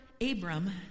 Abram